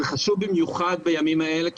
זה חשוב במיוחד בימים האלה,